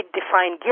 define